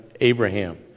Abraham